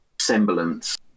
semblance